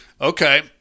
Okay